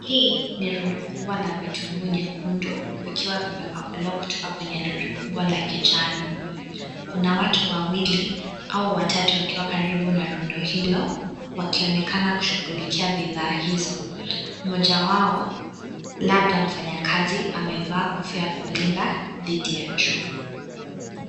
Hii ni rundo kubwa la vitunguu nyekundu vikiwa vimepakuliwa kutoka kwa lori kubwa ya kijani. Kuna watu wawili hao watatu wakiwa karibu na rundo hilo wakionekana kushughulikia bidhaa hizo. Moja wao, labda mfanyakazi amevaa kofia ya kulinda dhidi ya jua.